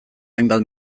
hainbat